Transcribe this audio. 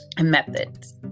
methods